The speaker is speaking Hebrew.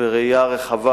בראייה רחבה,